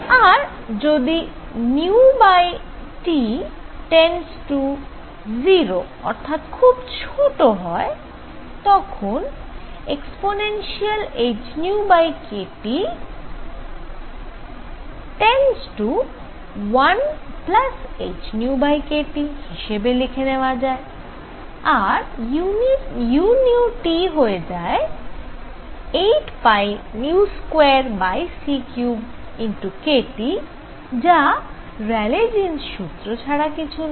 আর যদি T→ 0 অর্থাৎ খুব ছোট তখন ehνkT→1hνkT হিসেবে লেখা যায় আর u হয়ে যায় 8π2c3kT যা র্যালে জীন্স সূত্র ছাড়া কিছু না